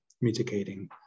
mitigating